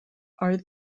are